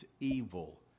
evil